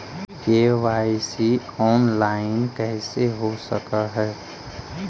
KYC online कैसे हो सक है?